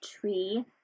Tree